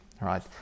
right